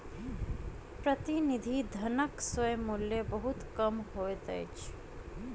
प्रतिनिधि धनक स्वयं मूल्य बहुत कम होइत अछि